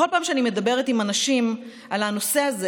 בכל פעם שאני מדברת עם אנשים על הנושא הזה